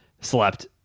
Slept